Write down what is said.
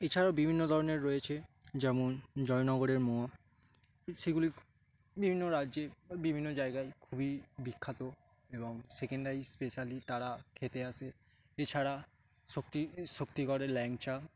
এছাড়াও বিভিন্ন ধরনের রয়েছে যেমন জয়নগরের মোয়া সেগুলি বিভিন্ন রাজ্যে বিভিন্ন জায়গায় খুবই বিখ্যাত এবং সেখানটায় স্পেশালি তারা খেতে আসে এছাড়া শক্তি শক্তিগড়ের ল্যাংচা